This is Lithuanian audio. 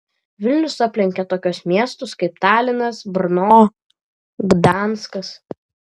vilnius aplenkė tokius miestus kaip talinas brno gdanskas